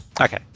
Okay